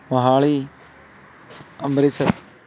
Mohali Amritsar